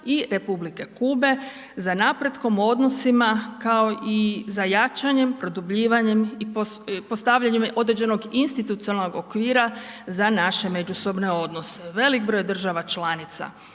i Republike Kube za napretkom u odnosima kao i za jačanjem, produbljivanjem i postavljanjem određenog institucionalnog okvira za naše međusobne odnose. Velik broj država članica